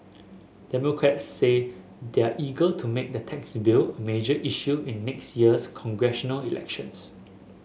democrats say they're eager to make the tax bill a major issue in next year's congressional elections